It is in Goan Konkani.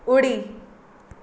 उडी